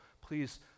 Please